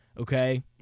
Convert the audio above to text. Okay